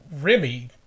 Remy